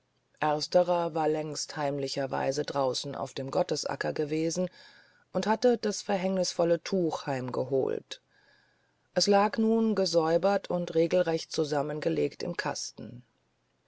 ersterer war längst heimlicherweise draußen auf dem gottesacker gewesen und hatte das verhängnisvolle tuch heimgeholt es lag nun gesäubert und regelrecht zusammengelegt im kasten